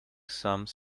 some